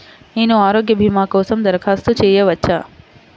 నేను ఆరోగ్య భీమా కోసం దరఖాస్తు చేయవచ్చా?